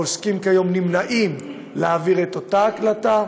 כיום העוסקים נמנעים מלהעביר את אותה הקלטה,